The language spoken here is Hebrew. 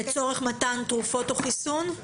לצורך מתן תרופות או חיסון?